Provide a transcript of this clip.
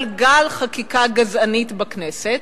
על גל חקיקה גזענית בכנסת,